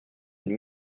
une